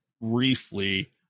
briefly